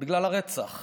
בגלל הרצח.